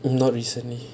no recently